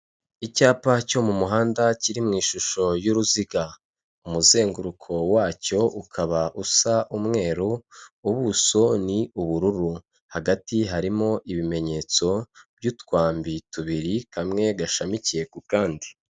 Icyapa cyo mu muhanda kiri mu ishusho y'uruziga, umuzenguruko wacyo ukaba usa umweru, ubuso ni ubururu, hagati harimo ibimenyetso by'utwambi tubiri kamwe gashamikiye ku kandi.